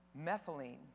Methylene